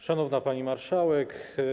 Szanowna Pani Marszałek!